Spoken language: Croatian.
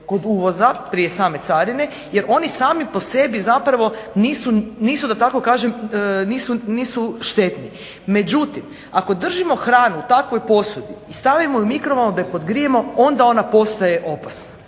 kod uvoza prije same carine jer oni sami po sebi zapravo nisu da tako kažem, nisu štetni. Međutim, ako držimo hranu u takvoj posudi i stavimo je u mikrovalnu da je podgrijemo onda ona postaje opasna